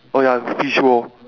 oh ya fish roe